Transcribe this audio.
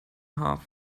half